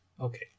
Okay